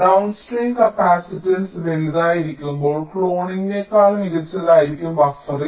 downstream capacitance വലുതായിരിക്കുമ്പോൾ ക്ലോണിംഗിനേക്കാൾ മികച്ചതായിരിക്കും ബഫറിംഗ്